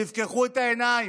תפקחו את העיניים.